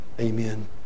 Amen